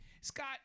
Scott